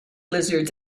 lizards